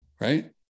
right